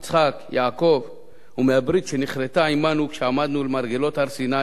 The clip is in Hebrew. יצחק ויעקב ומהברית שנכרתה עמנו כשעמדנו למרגלות הר-סיני